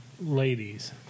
ladies